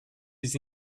his